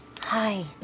Hi